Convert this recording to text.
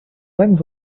lens